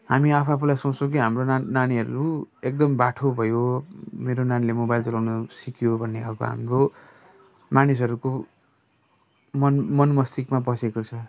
हामी आफू आफूलाई सोच्छौँ हाम्रो नानीहरू एकदम बाठो भयो मेरो नानीलाई मोबाइल चलाउन सिक्यो भने खाले हाम्रो मानिसहरूको मन मस्तिष्क बसेको छ